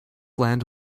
land